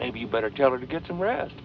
maybe you better tell her to get some rest